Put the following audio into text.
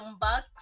bucks